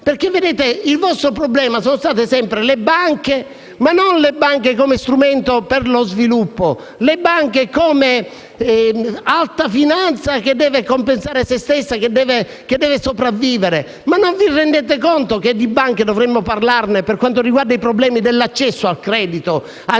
perché il vostro problema sono state sempre le banche; non le banche come strumento per lo sviluppo, ma come alta finanza che deve compensare se stessa e deve sopravvivere. Ma non vi rendete conto che di banche dovremmo parlare per quanto riguarda i problemi dell'accesso al credito, anziché